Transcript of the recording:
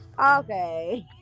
Okay